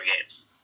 games